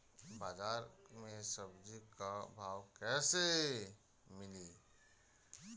बाजार मे सब्जी क भाव कैसे मिली?